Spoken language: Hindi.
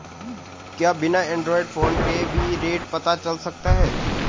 क्या बिना एंड्रॉयड फ़ोन के भी रेट पता चल सकता है?